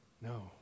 No